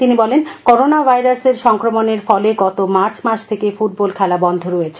তিনি বলেন করোনা ভাইরাসের সংক্রমণের ফলে গত মার্চ মাস থেকে ফুটবল খেলা বন্ধ রয়েছে